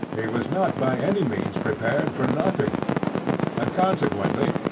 he was not by any means prepared for nothing and, consequently,